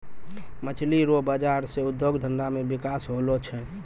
मछली रो बाजार से उद्योग धंधा मे बिकास होलो छै